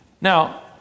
Now